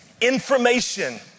Information